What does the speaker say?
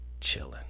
chilling